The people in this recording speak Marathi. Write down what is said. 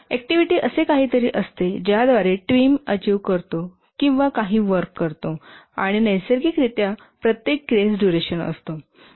ऍक्टिव्हिटी असे काहीतरी असते ज्याद्वारे टीम अचिव्ह करतो किंवा काही वर्क करतो आणि नैसर्गिकरित्या प्रत्येक क्रियेस डुरेशन असतो